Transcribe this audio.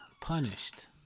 punished